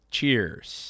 Cheers